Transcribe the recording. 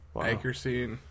accuracy